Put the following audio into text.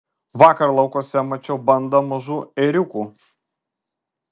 vakar laukuose mačiau bandą mažų ėriukų